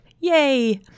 yay